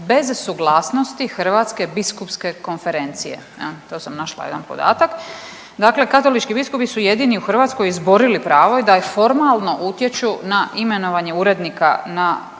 bez suglasnosti Hrvatske biskupske konferencije, to sam našla jedan podatak. Dakle, katolički biskupi su jedini u Hrvatskoj izborili pravo i da formalno utječu na imenovanje urednika na evo